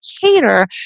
cater